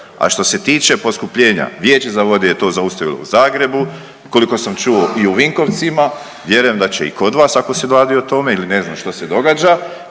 A što se tiče poskupljenja, Vijeće za vode je to zaustavilo u Zagrebu koliko sam čuo i u Vinkovcima, vjerujem da će i kod vas ako se radi o tome ili ne znam što se događa,